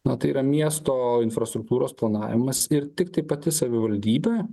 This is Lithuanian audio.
na tai yra miesto infrastruktūros planavimas ir tiktai pati savivaldybė